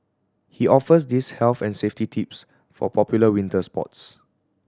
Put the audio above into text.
he offers these health and safety tips for popular winter sports